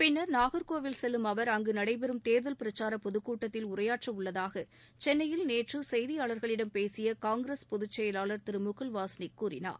பின்ளா் நாகர்கோவில் செல்லும் அவர் அங்கு நடைபெறும் தேர்தல் பிரச்சார பொதுக்கூட்டத்தில் உரையாற்ற உள்ளதாக சென்னையில் நேற்று செய்தியாளர்களிடம் பேசிய காங்கிரஸ் பொதுச்செயவாளர் திரு முகுல் வாஸ்னிக் கூறினார்